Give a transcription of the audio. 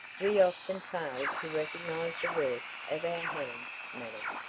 we often fail to recognize the work of our hands, madame,